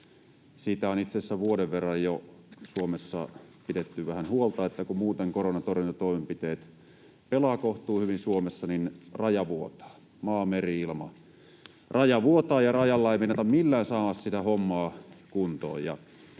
Siitä on itse asiassa jo vuoden verran Suomessa oltu vähän huolissaan, että kun muuten koronatorjuntatoimenpiteet pelaavat kohtuuhyvin Suomessa, niin raja vuotaa — maa-, meri- ja ilmaraja vuotavat — ja rajalla ei meinata millään saada sitä hommaa kuntoon.